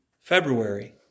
February